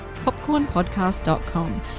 popcornpodcast.com